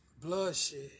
bloodshed